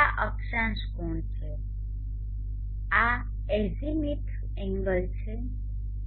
આ અક્ષાંશ કોણ છે ϕ આ એઝિમિથ એન્ગલ છે